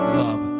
love